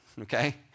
Okay